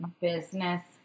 business